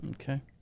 Okay